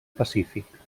pacífic